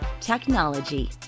Technology